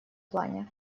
плане